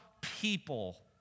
people